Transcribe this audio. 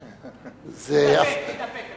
אדוני, תתאפק.